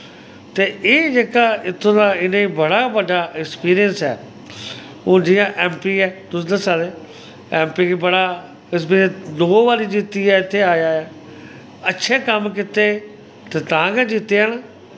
ते एह् जेह्का इत्थु दा इनें बड़ा बड्डा अक्सपीरिंस ऐ हुन जियां ऐम पी ऐ तुस दस्सा दे ऐम पी गी बड़ा इस बारीं दो बारी जित्तियै आया ऐ अच्छे कम्म कीते ते तां गै जित्ते न